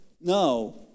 No